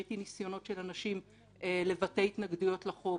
ראיתי ניסיונות של אנשים לבטא התנגדויות לחוק